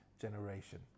generation